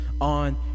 on